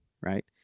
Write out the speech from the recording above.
right